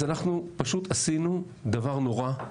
אז אנחנו פשוט עשינו דבר נורא.